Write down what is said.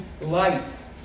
life